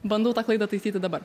bandau tą klaidą taisyti dabar